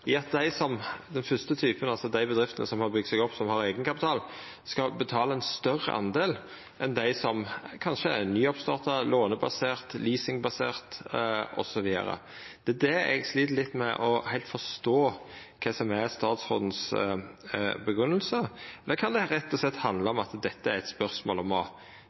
at dei bedriftene som har bygd seg opp, som har eigenkapital, skal betala ein større andel enn dei som kanskje er nyoppstarta, lånebaserte, leasingbaserte osv.? Eg slit litt med heilt å forstå kva som er statsråden si grunngjeving. Kan det rett og slett handla om at dette er eit spørsmål om å